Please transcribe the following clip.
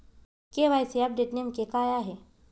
KYC update नेमके काय आहे?